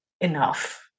enough